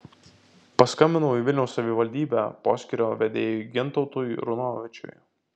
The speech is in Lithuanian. paskambinau į vilniaus savivaldybę poskyrio vedėjui gintautui runovičiui